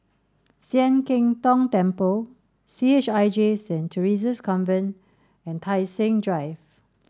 Sian Keng Tong Temple C H I J Saint Theresa's Convent and Tai Seng Drive